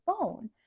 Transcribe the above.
phone